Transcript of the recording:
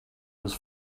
was